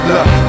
Look